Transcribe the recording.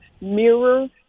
mirror